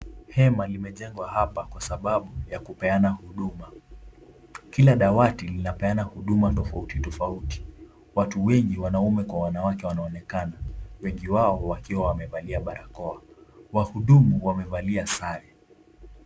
Hema limejengwa hapa kwa sababu ya kupeana huduma. Kila dawati linapeana huduma tofauti tofauti. Watu wengi waume kwa wanawake wanaonekana, wengi wao wakiwa wamevalia barakoa. Wahudumu wamevalia sare.